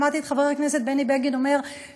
שמעתי את חבר הכנסת בני בגין אומר שישנה